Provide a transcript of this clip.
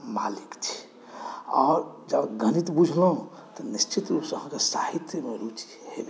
मालिक छी औरजँ गणित बुझलहुँ तऽ निश्चित रूपसे ओ चीज हेबे करत